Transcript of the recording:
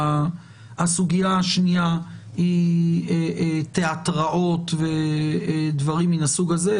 הסוגיה השנייה היא תיאטראות ודברים מן הסוג הזה.